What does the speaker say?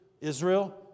Israel